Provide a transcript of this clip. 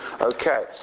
Okay